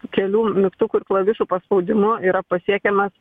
kelių mygtukų ir klavišų paspaudimu yra pasiekiamas